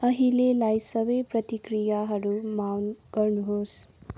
अहिलेलाई सबै प्रतिक्रियाहरू मौन गर्नुहोस्